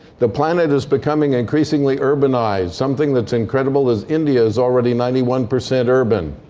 the planet is becoming increasingly urbanized. something that's incredible is india's already ninety one percent urban,